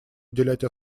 уделять